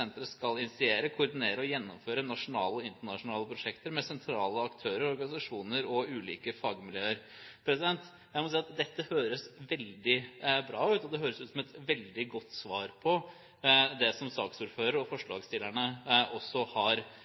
skal initiere, koordinere og gjennomføre nasjonale og internasjonale prosjekter med sentrale aktører og organisasjoner og ulike fagmiljøer.» Jeg må si at dette høres veldig bra ut, og det høres ut som et veldig godt svar på det som saksordføreren og forslagsstillerne også har